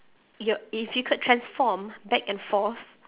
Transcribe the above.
your if you could transform back and forth